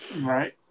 right